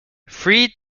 free